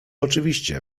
oczywiście